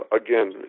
again